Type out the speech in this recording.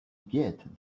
get